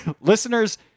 listeners